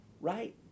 Right